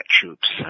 troops